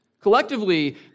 collectively